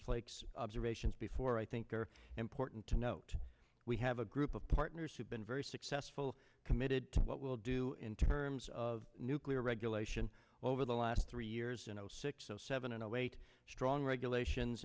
flake's observations before i think are important to note we have a group of partners who've been very successful committed to what we'll do in terms of nuclear regulation over the last three years in zero six zero seven and zero eight strong regulations